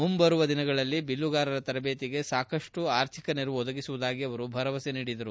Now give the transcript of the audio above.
ಮುಂಬರುವ ದಿನಗಳಲ್ಲಿ ಬಿಲ್ಲುಗಾರರ ತರಬೇತಿಗೆ ಸಾಕಷ್ಟು ಆರ್ಥಿಕ ನೆರವು ಒದಗಿಸುವುದಾಗಿ ಅವರು ಭರವಸೆ ನೀಡಿದರು